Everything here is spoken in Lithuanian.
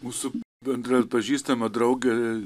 mūsų bendra pažįstama draugė